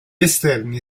esterni